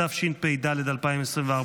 התשפ"ד 2024,